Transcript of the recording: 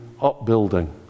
upbuilding